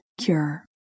cure